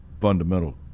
fundamental